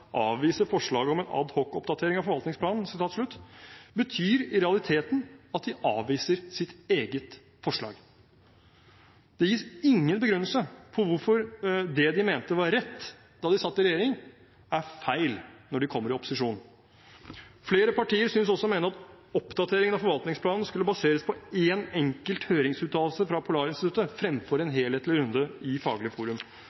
avviser sitt eget forslag. Det gis ingen begrunnelse for hvorfor det de mente var rett da de satt i regjering, er feil når de kommer i opposisjon. Flere partier synes også å mene at oppdateringen av forvaltningsplanen skulle baseres på én enkelt høringsuttalelse fra Polarinstituttet fremfor en helhetlig runde i Faglig forum.